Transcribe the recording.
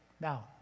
now